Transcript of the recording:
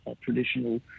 traditional